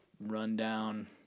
rundown